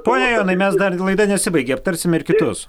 pone jonai mes dar laida nesibaigė aptarsime ir kitus